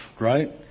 right